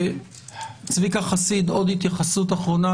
צביקה חסיד, עוד התייחסות אחרונה.